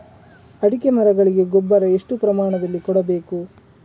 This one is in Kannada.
ಅಡಿಕೆ ಮರಗಳಿಗೆ ಗೊಬ್ಬರ ಎಷ್ಟು ಪ್ರಮಾಣದಲ್ಲಿ ಕೊಡಬೇಕು?